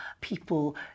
people